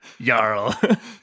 Yarl